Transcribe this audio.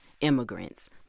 immigrants